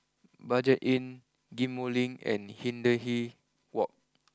Budget Inn Ghim Moh Link and Hindhede walk